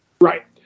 Right